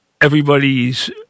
Everybody's